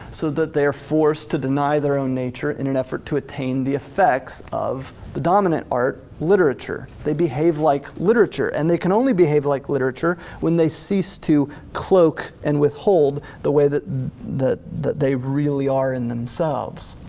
so that they are forced to deny their own nature in an effort to attain the effects of the dominant art, literature. they behave like literature and they can only behave like literature when they cease to cloak and withhold the way that that they really are in themselves.